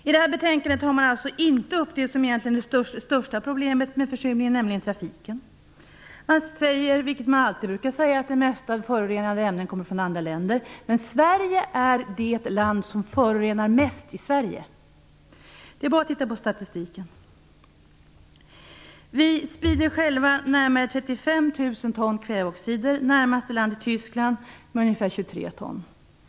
I det här betänkandet tar man inte upp det som egentligen är det största problemet vad gäller försurningen, nämligen trafiken. Man säger, som man alltid brukar säga, att det mesta av de förorenande ämnena kommer från andra länder. Men Sverige är det land som förorenar mest i Sverige. Det är bara att titta på statistiken. Vi sprider själva närmare 35 000 ton kväveoxider. Det land som kommer närmast efter är Tyskland, med ungefär 23 000 ton.